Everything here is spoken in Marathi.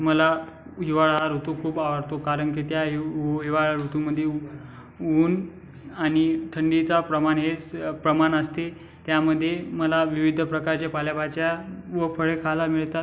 मला हिवाळा हा ऋतू खूप आवडतो कारन की त्या हिव् हुव हिवाळ्या ऋतूमंदी उ ऊन आनि थंडीचा प्रमान हे स् प्रमान आस्ते त्यामदे मला विविध प्रकारच्या पाल्याभाज्या व फळे खाला मिळतात